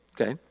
Okay